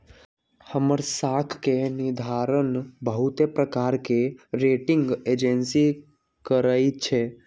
हमर साख के निर्धारण बहुते प्रकार के रेटिंग एजेंसी करइ छै